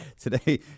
today